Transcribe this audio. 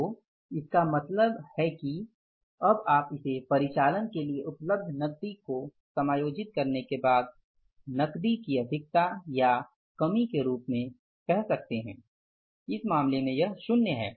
तो इसका मतलब है कि अब आप इसे परिचालन के लिए उपलब्ध नकदी को समायोजित करने के बाद नकदी की अधिकता या कमी के रूप में कह सकते हैं इस मामले में यह शुन्य है